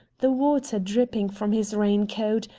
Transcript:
the water dripping from his rain-coat,